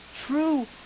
true